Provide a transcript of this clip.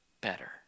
better